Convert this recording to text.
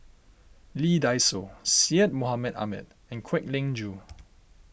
Lee Dai Soh Syed Mohamed Ahmed and Kwek Leng Joo